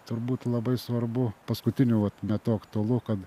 turbūt labai svarbu paskutiniu vat metu aktualu kad